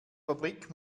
fabrik